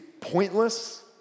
pointless